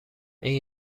این